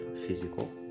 physical